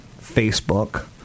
Facebook